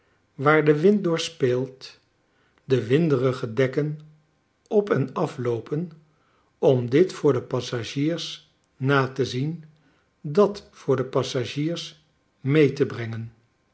waar de wind door speelt de rwinderige dekken op en af loopen om dit voor ide passagiers na te zien dat voor de passagiers friee te brengen